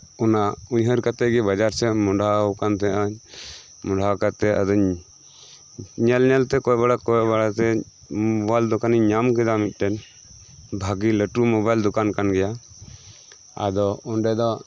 ᱚᱱᱟ ᱩᱭᱦᱟᱹᱨ ᱠᱟᱛᱮᱫ ᱜᱮ ᱵᱟᱡᱟᱨ ᱥᱮᱫ ᱤᱧ ᱢᱚᱦᱰᱟᱣᱟᱠᱟᱱ ᱛᱟᱦᱮᱸᱫᱼᱟ ᱢᱚᱦᱚᱰᱟ ᱠᱟᱛᱮ ᱟᱫᱚᱧ ᱧᱮᱞ ᱧᱮᱞᱛᱮ ᱠᱚᱭᱚᱜ ᱵᱟᱲᱟ ᱠᱚᱭᱚᱜ ᱵᱟᱲᱟᱛᱮ ᱢᱳᱵᱟᱭᱤᱞ ᱫᱚᱠᱟᱱ ᱤᱧ ᱧᱟᱢᱠᱮᱫᱟ ᱢᱤᱫ ᱴᱮᱱ ᱵᱷᱟᱜᱮ ᱞᱟᱹᱴᱩ ᱢᱳᱵᱟᱭᱤᱞ ᱫᱚᱠᱟᱱ ᱠᱟᱱᱜᱮᱭᱟ ᱟᱫᱚ ᱚᱸᱰᱮ ᱫᱚ